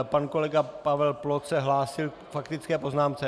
Pan kolega Pavel Ploc se hlásil k faktické poznámce?